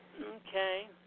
Okay